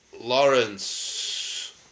Lawrence